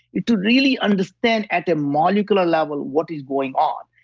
to really understand at the molecule level what is going on.